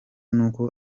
nuko